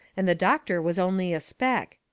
and the doctor was only a speck.